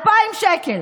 2,000 שקל.